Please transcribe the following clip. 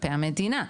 כלפי המדינה,